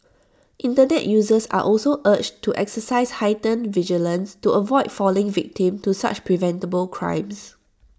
Internet users are also urged to exercise heightened vigilance to avoid falling victim to such preventable crimes